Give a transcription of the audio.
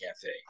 cafe